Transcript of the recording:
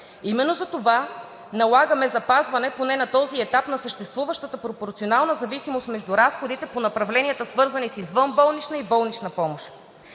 Именно затова налагаме запазване поне на този етап на съществуващата пропорционална зависимост между разходите по направленията, свързани с извънболнична и болнична помощ.